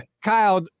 Kyle